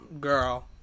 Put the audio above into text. girl